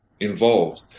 Involved